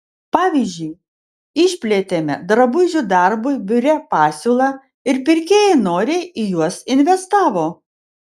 pavyzdžiui išplėtėme drabužių darbui biure pasiūlą ir pirkėjai noriai į juos investavo